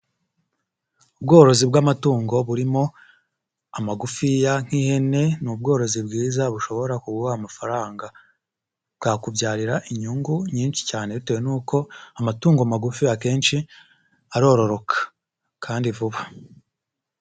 Ubworozi bw'amatungo burimo amagufiya nk'ihene, ni ubworozi bwiza bushobora ku kuguha amafaranga, bwakubyarira inyungu nyinshi cyane bitewe n'uko amatungo magufi akenshi arororoka kandi vuba.